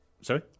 sorry